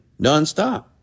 nonstop